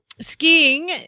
skiing